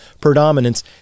predominance